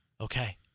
okay